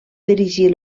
dirigir